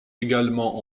également